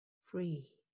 free